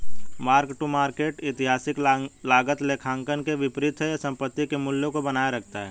mark to market ऐतिहासिक लागत लेखांकन के विपरीत है यह संपत्ति के मूल्य को बनाए रखता है